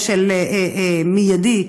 מיידיים,